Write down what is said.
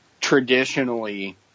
traditionally